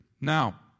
Now